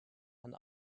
and